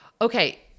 okay